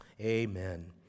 amen